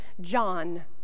John